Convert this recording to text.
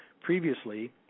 previously